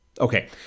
Okay